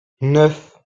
neuf